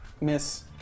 Miss